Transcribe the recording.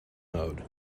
mode